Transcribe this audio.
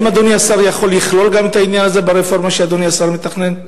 האם אדוני השר יכול לכלול גם את העניין הזה ברפורמה שאדוני השר מתכנן?